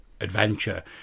adventure